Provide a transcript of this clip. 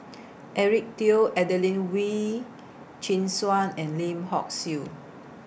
Eric Teo Adelene Wee Chin Suan and Lim Hock Siew